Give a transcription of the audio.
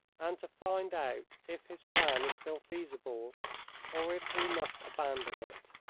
and to find out if his plan is still feasible or if we must abandon it.